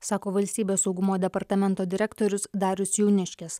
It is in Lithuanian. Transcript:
sako valstybės saugumo departamento direktorius darius jauniškis